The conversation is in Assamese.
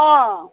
অঁ